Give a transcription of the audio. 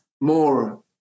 more